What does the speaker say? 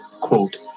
Quote